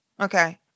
okay